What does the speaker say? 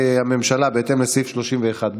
במהלך השנים להיות זירה מדממת,